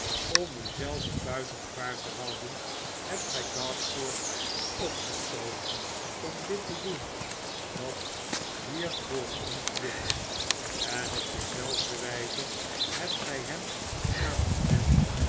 om u zelven buiten gevaar te houden hebt gij gashford opgestookt om dit te doen dat hier voor ons ligt en op dezelfde wijze hebt gij hem aangezet